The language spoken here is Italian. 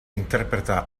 interpreta